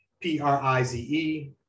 P-R-I-Z-E